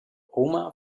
oma